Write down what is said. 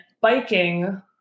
biking